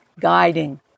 guiding